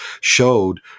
showed